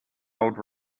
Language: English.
old